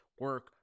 Work